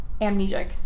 amnesic